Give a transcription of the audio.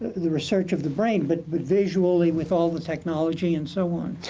the research of the brain, but but visually with all the technology and so on.